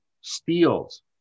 steals